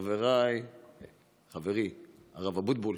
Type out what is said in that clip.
חברי הרב אבוטבול,